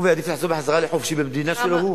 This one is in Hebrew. הוא יעדיף לחזור, להיות חופשי במדינה שלו.